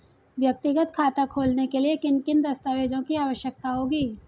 व्यक्तिगत खाता खोलने के लिए किन किन दस्तावेज़ों की आवश्यकता होगी?